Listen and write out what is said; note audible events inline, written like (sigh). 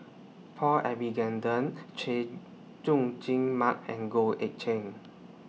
Paul (unintelligible) Chay Jung Jun Mark and Goh Eck Kheng